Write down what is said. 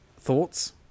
Thoughts